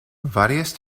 varias